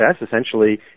essentially